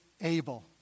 able